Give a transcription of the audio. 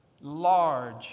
large